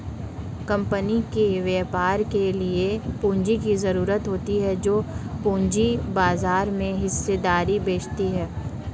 company को व्यापार के लिए पूंजी की ज़रूरत होती है जो पूंजी बाजार में हिस्सेदारी बेचती है